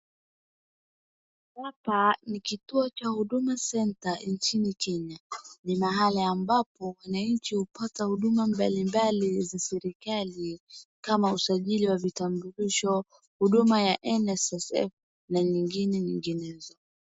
Hapa ni kituo cha Huduma Center nchini Kenya. Ni mahali ambapo wananchi hupata huduma mbalimbali za serikali kama usajili wa vitambulisho, huduma ya NSSF na nyingine nyinginezo.